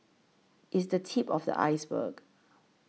it's the tip of the iceberg